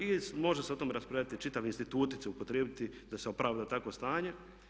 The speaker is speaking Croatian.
I može se o tome raspravljati čitavi instituti se upotrijebiti da se opravda takvo stanje.